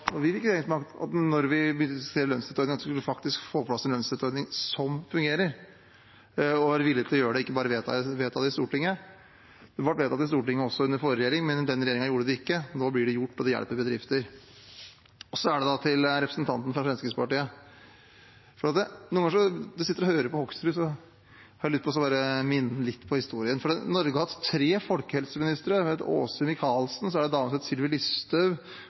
at vi faktisk skulle få på plass en lønnsstøtteordning som fungerer, og være villige til å gjøre det, ikke bare vedta det i Stortinget. Det ble vedtatt i Stortinget også under forrige regjering, men den regjeringen gjorde det ikke. Nå blir det gjort, og det hjelper bedrifter. Så til representanten fra Fremskrittspartiet: Noen ganger når jeg sitter og hører på Hoksrud, får jeg lyst til å minne ham litt om historien. Norge har hatt tre folkehelseministere. En het Åse Michaelsen, så var det en dame som het Sylvi Listhaug,